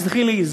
תסלחי לי,